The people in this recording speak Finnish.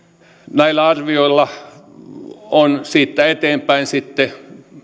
näillä arvioilla on siitä eteenpäin sitten